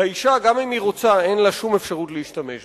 ולאשה, גם אם היא רוצה, אין שום אפשרות להשתמש בו.